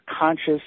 conscious